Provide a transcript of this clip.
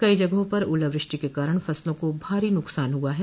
कई जगहों पर ओलावृष्टि के कारण फसलों को भारी नुकसान हुआ है